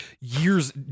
years